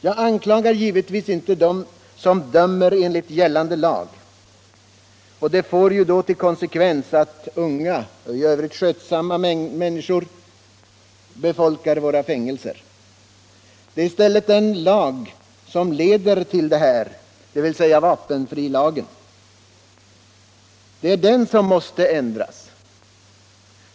Jag anklagar givetvis inte dem som dömer enligt gällande lag, med konsekvens att unga skötsamma människor i sådana här fall tas in på våra fängelser. Det är i stället den lag som leder till det här — dvs. vapenfrilagen —- som måste ändras.